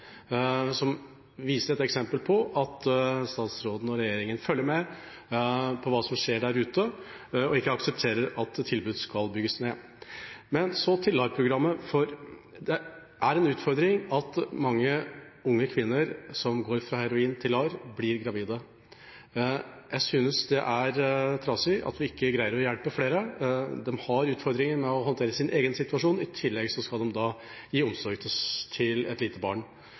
som viser et eksempel på at statsråden og regjeringa følger med på hva som skjer der ute, og ikke aksepterer at et tilbud skal bygges ned. Men så til LAR-programmet: Det er en utfordring at mange unge kvinner som går fra heroin til LAR, blir gravide. Jeg synes det er trasig at vi ikke greier å hjelpe flere. De har utfordringer med å håndtere sin egen situasjon. I tillegg skal de gi omsorg til et lite barn.